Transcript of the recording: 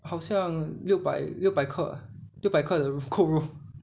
好像六百六百克六百克的扣肉